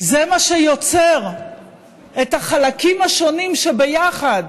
זה מה שיוצר את החלקים השונים שביחד